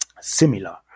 similar